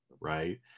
Right